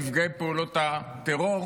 נפגעי פעולות הטרור.